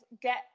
get